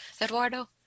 Eduardo